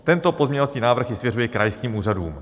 Tento pozměňovací návrh ji svěřuje krajským úřadům.